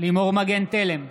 לימור מגן תלם,